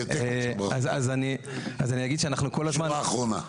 תאמר תשובה אחרונה.